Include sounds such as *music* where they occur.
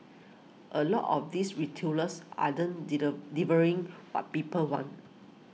a lot of these retailers are den *unintelligible* delivering what people want